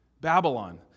Babylon